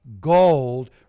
gold